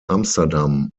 amsterdam